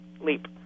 leap